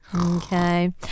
Okay